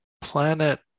planet